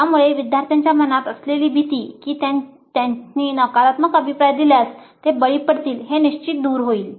यामुळे विद्यार्थ्यांच्या मनात असलेली भीती की त्यांनी नकारात्मक अभिप्राय दिल्यास ते बळी पडतील हे निश्चित दूर होते